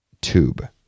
tube